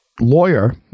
lawyer